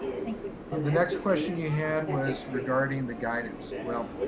thank you. um the next question you had was regarding the guidance. well,